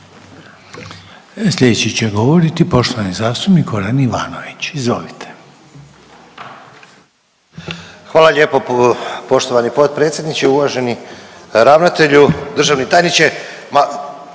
Sljedeći će govoriti poštovani zastupnik Josip Borić.